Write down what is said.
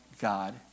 God